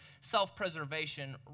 self-preservation